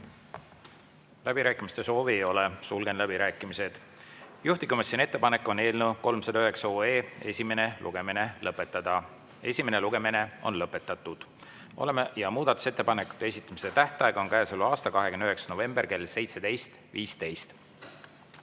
Läbirääkimiste soovi ei ole, sulgen läbirääkimised. Juhtivkomisjoni ettepanek on eelnõu 309 esimene lugemine lõpetada. Esimene lugemine on lõpetatud ja muudatusettepanekute esitamise tähtaeg on käesoleva aasta 29. november kell 17.15.